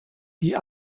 die